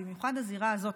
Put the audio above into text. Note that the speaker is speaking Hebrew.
במיוחד הזירה הזאת,